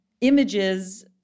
images